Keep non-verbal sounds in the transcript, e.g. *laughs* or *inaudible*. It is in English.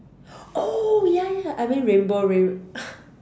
oh ya ya I mean Rainbow Rain~ *laughs*